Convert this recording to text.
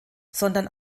sondern